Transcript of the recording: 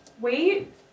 wait